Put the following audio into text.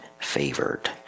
favored